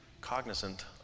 cognizant